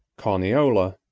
carniola,